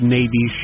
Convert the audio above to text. Navy